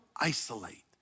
isolate